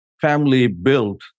family-built